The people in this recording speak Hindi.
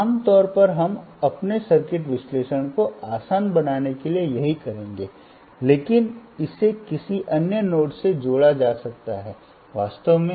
आमतौर पर हम अपने सर्किट विश्लेषण को आसान बनाने के लिए यही करेंगे लेकिन इसे किसी अन्य नोड से जोड़ा जा सकता है वास्तव में